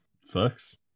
sucks